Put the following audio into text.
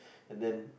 and then